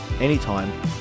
anytime